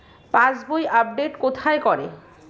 পাসবই update কোথায় করে?